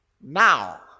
Now